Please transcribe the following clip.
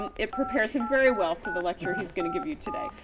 and it prepares him very well for the lecture he's going to give you today.